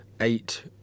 eight